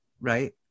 right